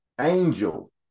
angel